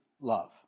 love